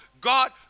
God